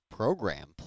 program